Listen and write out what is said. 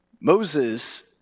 Moses